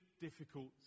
difficult